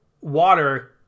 water